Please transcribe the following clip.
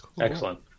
Excellent